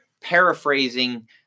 paraphrasing